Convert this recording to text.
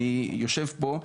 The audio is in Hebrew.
אני יושב פה,